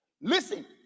Listen